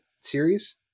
series